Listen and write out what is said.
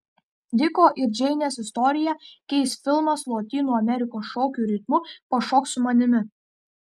diko ir džeinės istoriją keis filmas lotynų amerikos šokių ritmu pašok su manimi